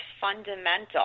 fundamental